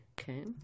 Okay